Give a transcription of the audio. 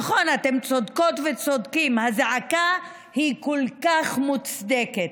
אתם צודקות וצודקים, הזעקה היא כל כך מוצדקת.